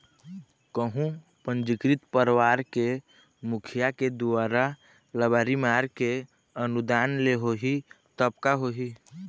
कहूँ पंजीकृत परवार के मुखिया के दुवारा लबारी मार के अनुदान ले होही तब का होही?